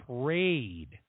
prayed